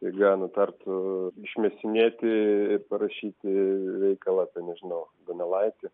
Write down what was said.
ilja nutartų išmėsinėti ir parašyti veikalą apie nežinau nu donelaitį